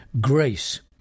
grace